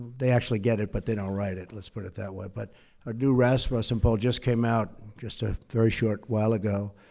they actually get it, but they don't write it let's put it that way. but a new rasmussen poll just came out just a very short while ago,